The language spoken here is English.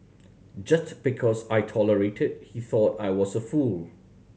just because I tolerated he thought I was a fool